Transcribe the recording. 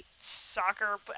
soccer